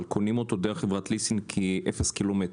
אבל קונים אותו דרך חברת ליסינג כאפס קילומטר,